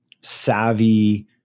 savvy